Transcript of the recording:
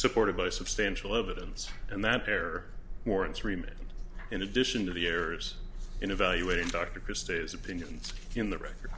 supported by substantial evidence and that there are more than three minutes in addition to the errors in evaluating dr pistoles opinion in the record